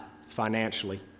financially